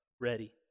ready